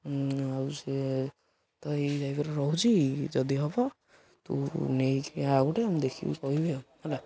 ଆଉ ସେ ତ ଏଇ ଜାଗାରେ ରହୁଛି ଯଦି ହବ ତୁ ନେଇକରି ଆ ଗୋଟେ ଆଉ ମୁଁ ଦେଖିକି କହିବି ଆଉ ହେଲା